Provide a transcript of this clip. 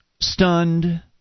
stunned